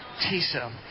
Tisa